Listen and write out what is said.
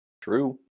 True